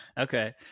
Okay